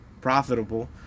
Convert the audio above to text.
profitable